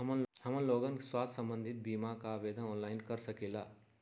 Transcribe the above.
हमन लोगन के स्वास्थ्य संबंधित बिमा का आवेदन ऑनलाइन कर सकेला?